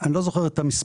אני לא זוכר את המספרים.